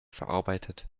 verarbeitet